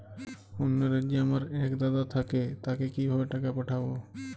অন্য রাজ্যে আমার এক দাদা থাকে তাকে কিভাবে টাকা পাঠাবো?